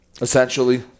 Essentially